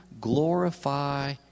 glorify